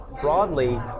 Broadly